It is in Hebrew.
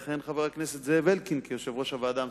יכהן חבר הכנסת זאב אלקין כיושב-ראש הוועדה המסדרת.